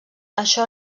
això